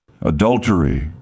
Adultery